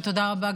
ותודה רבה,